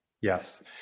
Yes